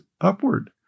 upward